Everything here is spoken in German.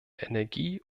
energie